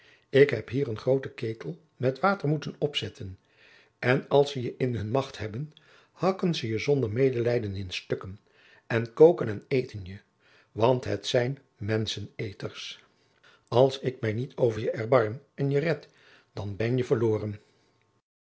ik heb hier een groote ketel met water moeten opzetten en als ze je in hun macht hebben hakken ze je zonder medelijden in stukken en koken en eten je want het zijn menscheneters als ik mij niet over je erbarm en je red dan ben je verloren